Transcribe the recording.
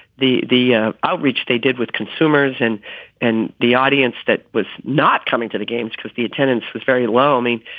the the ah outreach they did with consumers and and the audience that was not coming to the games because the attendance was very low. i mean,